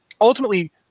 ultimately